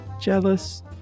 Jealous